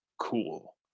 cool